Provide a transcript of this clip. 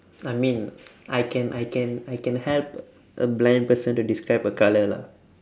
I mean I can I can I can help a blind person to describe a colour lah